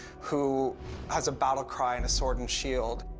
who has a battle cry and a sword and shield.